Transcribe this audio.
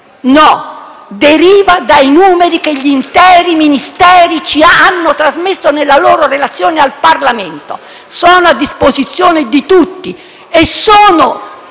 No, deriva dai numeri che diversi Ministeri ci hanno trasmesso nella loro relazione al Parlamento. Sono a disposizione di tutti e sono